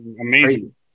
amazing